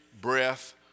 breath